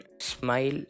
smile